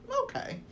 okay